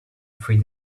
three